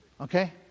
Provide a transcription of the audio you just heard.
okay